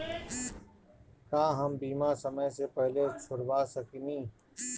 का हम बीमा समय से पहले छोड़वा सकेनी?